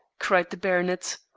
cried the baronet.